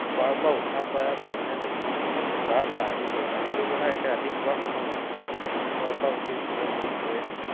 শুৱাৰ পৰা উঠাৰ পৰা মানুহে মুখখন ধোৱাৰ পৰা আদি কৰি পানীৰ ব্য়ৱহাৰ একে ৰাতি শুৱাৰ সময়লৈকে হয় শুৱাৰ পৰা উঠি চবে মুখ ধুৱে